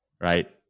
Right